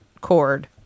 cord